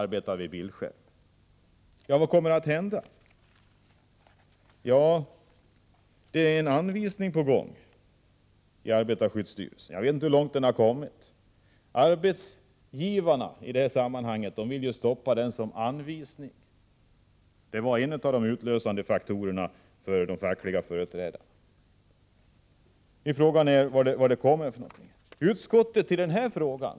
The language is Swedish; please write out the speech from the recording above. Arbetarskyddsstyrelsen är i färd med att utge anvisningar på området. Jag vet inte hur långt arbetet med dessa har kommit. Arbetsgivarna vill ju stoppa denna anvisning. Det var en av de utlösande faktorerna för de fackliga företrädarnas agerande. Frågan är vad det kommer för slags anvisning.